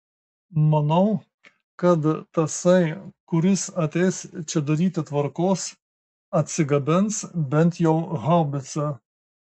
manau kad tasai kuris ateis čia daryti tvarkos atsigabens bent jau haubicą